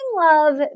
love